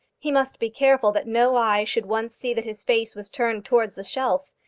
he must be careful that no eye should once see that his face was turned towards the shelf.